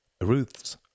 Ruth's